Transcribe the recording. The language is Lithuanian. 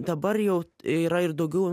dabar jau yra ir daugiau